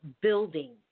building